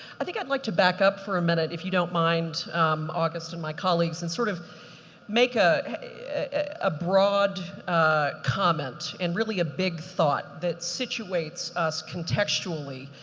i think i'd like to back up for a minute, if you don't mind august and my colleagues, and sort of make ah a a broad comment and really a big thought that situates us contextually.